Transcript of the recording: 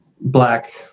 black